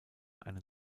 einen